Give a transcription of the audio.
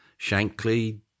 Shankly